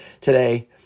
today